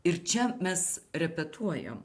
ir čia mes repetuojam